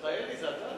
התשע"ב 2012,